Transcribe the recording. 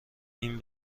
این